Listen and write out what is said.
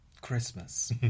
Christmas